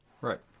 right